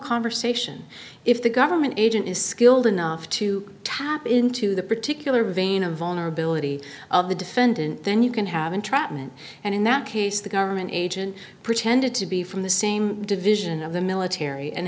conversation if the government agent is skilled enough to to tap into the particular vein of vulnerability of the defendant then you can have entrapment and in that case the government agent pretended to be from the same division of the military and